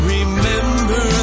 Remember